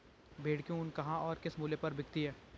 भेड़ की ऊन कहाँ और किस मूल्य पर बिकती है?